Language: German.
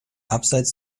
abseits